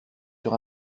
sur